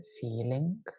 feeling